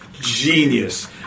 genius